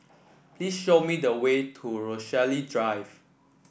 please show me the way to Rochalie Drive